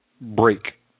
break